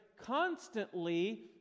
constantly